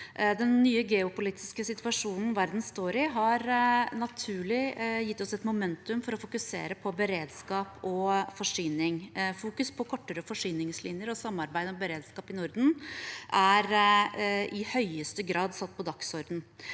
Den nye geopolitiske situasjonen verden står i, har naturlig gitt oss et momentum for å fokusere på beredskap og forsyning. Fokus på kortere forsyningslinjer og samarbeid om beredskap i Norden er i høyeste grad satt på dagsordenen.